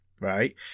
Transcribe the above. right